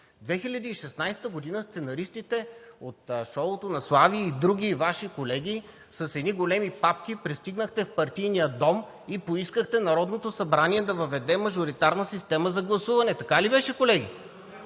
2016 г. сценаристите от „Шоуто на Слави“ и други Ваши колеги, с едни големи папки пристигнахте в Партийния дом и поискахте Народното събрание да въведе мажоритарна система за гласуване. Така ли беше, колеги?